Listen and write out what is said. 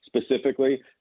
specifically